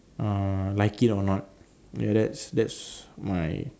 uh like it or not that that's my